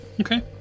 Okay